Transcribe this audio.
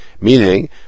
meaning